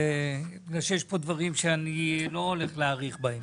יש פה דברים שאני לא הולך להאריך בהם.